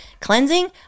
cleansing